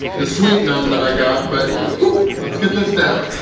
the sweet naan that i got but let's get this down!